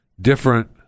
different